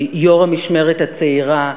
היא יו"ר "המשמרת הצעירה",